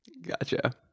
gotcha